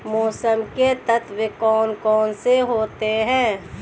मौसम के तत्व कौन कौन से होते हैं?